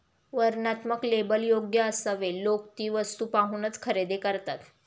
वर्णनात्मक लेबल योग्य असावे लोक ती वस्तू पाहूनच खरेदी करतात